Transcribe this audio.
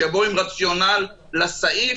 שיבואו עם רציונל לסעיף,